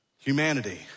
humanity